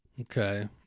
Okay